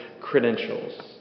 credentials